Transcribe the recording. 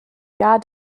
jahr